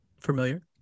Familiar